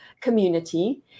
community